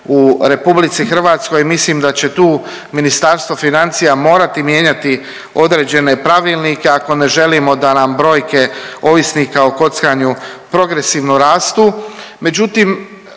u RH, mislim da će tu Ministarstvo financija morati mijenjati određene pravilnike ako ne želimo da nam brojke ovisnika o kockanju progresivno rastu. Međutim,